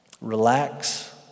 Relax